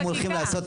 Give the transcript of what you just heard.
אתם הולכים לעשות,